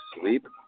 sleep